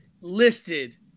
listed